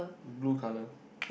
blue colour